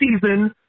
season